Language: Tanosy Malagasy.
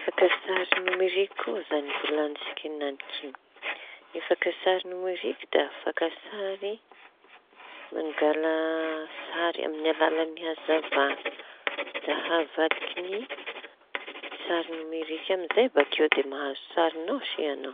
Ny fakantsary nomeriky koa zañy volañintsika enanik'io. Ny fakan-tsary nomeriky da fakan-tsary mangala sary amy alala hazava da havadikiny sary nomeriky amizay bakeo da mahazo sariñao se añao.